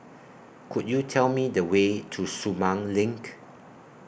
Could YOU Tell Me The Way to Sumang LINK